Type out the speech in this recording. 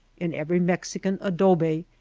in every mexican adobe,